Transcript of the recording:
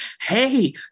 hey